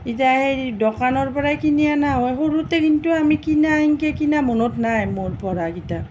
ইতা এই দোকানৰ পৰাই কিনি আনা হয় সৰুতে কিন্তু আমি কিনা সেনেকৈ কিনা মনত নাই মোৰ পঢ়া কিতাপ